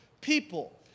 people